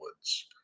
Woods